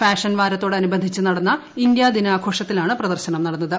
fashion വാരത്തോട് അനുബന്ധിച്ച് നടന്ന ഇന്ത്യാദിനാഘോഷത്തിലാണ് പ്രദർശനം നടന്നത്